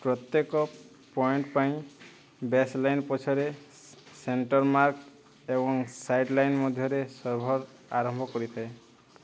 ପ୍ରତ୍ୟେକ ପଏଣ୍ଟ ପାଇଁ base line ପଛରେ ସେଣ୍ଟର ମାର୍କ ଏବଂ ସାଇଡ଼୍ ଲାଇନ୍ ମଧ୍ୟରେ ସର୍ଭର୍ ଆରମ୍ଭ କରିଥାଏ